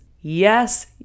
yes